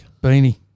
Beanie